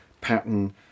pattern